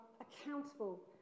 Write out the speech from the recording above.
accountable